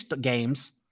games